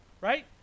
right